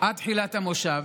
עד תחילת המושב.